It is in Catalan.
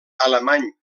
alemany